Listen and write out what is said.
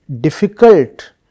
difficult